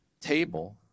table